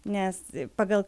nes pagal